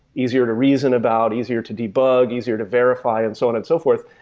easier to reason about, easier to debug, easier to verify and so on and so forth.